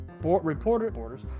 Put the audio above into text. Reporters